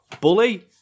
Bully